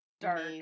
dark